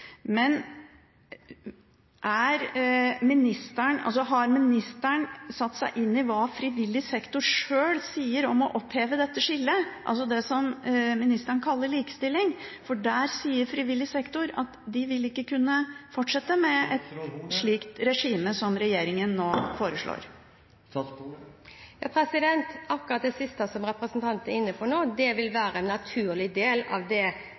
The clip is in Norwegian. Men har ministeren satt seg inn i hva frivillig sektor sjøl sier om å oppheve dette skillet, altså det som ministeren kaller likestilling? Til det sier frivillig sektor at de ikke vil kunne fortsette med et slikt regime som regjeringen nå foreslår. Akkurat det siste som representanten nå er inne på, vil være en naturlig del av den utredningen som vil bli gjort på det